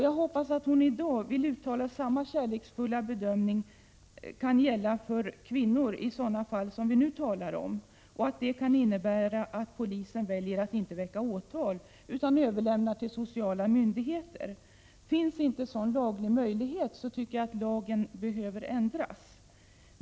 Jag hoppas att hon i dag vill uttala att samma kärleksfulla bedömning kan gälla för kvinnor i sådana fall som vi nu diskuterar och att detta kan innebära att polisen väljer att inte väcka åtal, utan överlämnar fallet till sociala myndigheter. Finns ingen sådan laglig myndighet tycker jag att lagen behöver ändras.